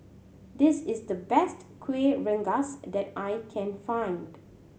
this is the best Kueh Rengas that I can find